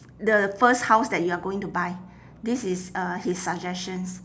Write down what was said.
the first house that you are going to buy this is uh his suggestions